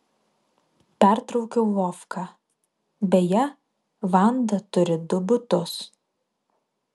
pertraukiau vovką beje vanda turi du butus